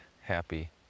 happy